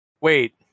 Wait